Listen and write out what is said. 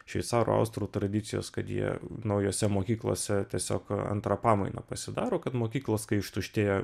šveicarų austrų tradicijos kad jie naujose mokyklose tiesiog antrą pamainą pasidaro kad mokyklos kai ištuštėja